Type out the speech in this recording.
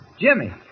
Jimmy